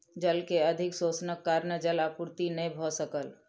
जल के अधिक शोषणक कारणेँ जल आपूर्ति नै भ सकल